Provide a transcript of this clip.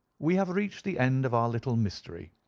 we have reached the end of our little mystery.